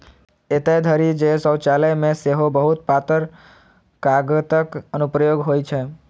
एतय धरि जे शौचालय मे सेहो बहुत पातर कागतक अनुप्रयोग होइ छै